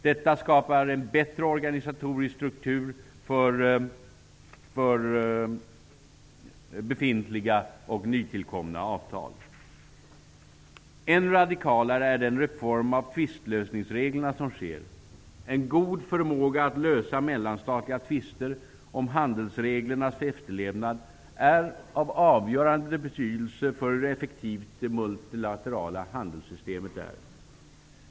Detta skapar en bättre organisatorisk struktur för befintliga och nytillkomna avtal. Än radikalare är den reform av tvistlösningsreglerna som sker. En god förmåga att lösa mellanstatliga tvister om handelsreglernas efterlevnad är av avgörande betydelse för hur effektivt det multilaterala handelssystemet är.